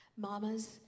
Mamas